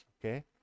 Okay